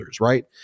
right